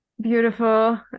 beautiful